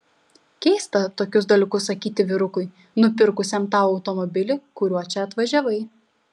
keista tokius dalykus sakyti vyrukui nupirkusiam tau automobilį kuriuo čia atvažiavai